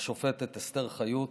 השופטת אסתר חיות,